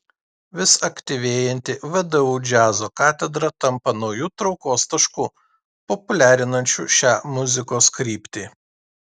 vis aktyvėjanti vdu džiazo katedra tampa nauju traukos tašku populiarinančiu šią muzikos kryptį